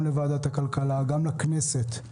גם לוועדת הכלכלה וגם לכנסת,